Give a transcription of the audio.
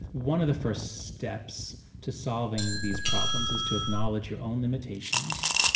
one of the first steps to solving these problems is to acknowledge your own limitations.